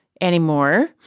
anymore